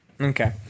Okay